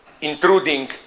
intruding